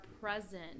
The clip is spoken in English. present